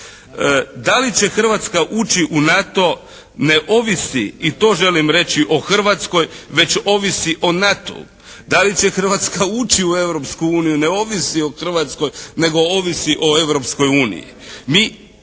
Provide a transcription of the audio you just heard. Da li će Hrvatska ući u NATO ne ovisi i to želim reći o Hrvatskoj, već ovisi o NATO-u. Da li će Hrvatska ući u Europsku uniju ne ovisi o Hrvatskoj, nego ovisi o